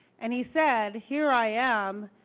and he said, here i am.